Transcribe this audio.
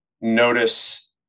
notice